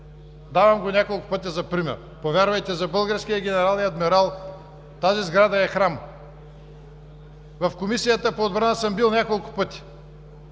давам го няколко пъти за пример. Повярвайте, за българския генерал и адмирал тази сграда е храм! В Комисията по отбрана съм бил няколко пъти.